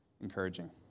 encouraging